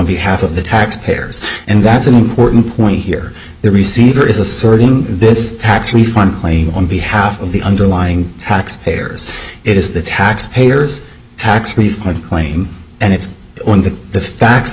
behalf of the taxpayers and that's an important point here the receiver is asserting this tax refund claim on behalf of the underlying tax payers it is the tax payers tax refund claim and it's one that the facts